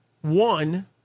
one